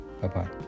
Bye-bye